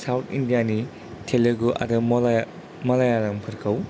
south India नि तेलेगु आरो मालायालामफोरखौ